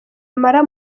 amara